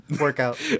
workout